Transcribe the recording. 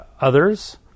others